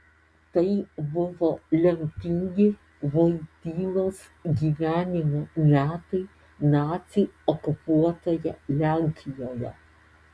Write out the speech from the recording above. tai buvo lemtingi vojtylos gyvenimo metai nacių okupuotoje lenkijoje